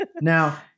Now